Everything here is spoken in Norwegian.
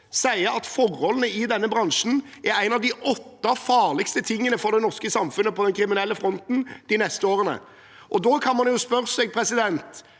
sier forholdene i bransjen er blant de åtte farligste truslene for det norske samfunnet på den kriminelle fronten de neste årene. Da kan man spørre seg om man